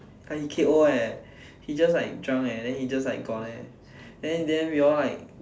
!huh! he K_O leh he just like drunk leh then he just like gone leh then then we all like